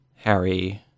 Harry